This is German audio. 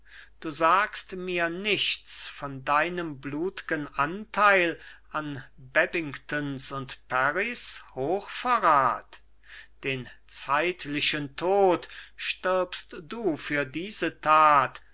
du sagst mir nichts von deinem blut'gen anteil an babingtons und parrys hochverrat den zeitlichen tod stirbst du für diese tat